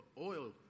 oil